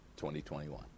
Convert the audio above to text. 2021